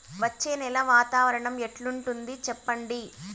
వచ్చే నెల వాతావరణం ఎట్లుంటుంది చెప్పండి?